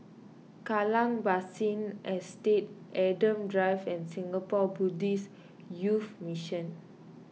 Kallang Basin Estate Adam Drive and Singapore Buddhist Youth Mission